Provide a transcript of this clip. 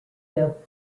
out